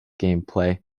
gameplay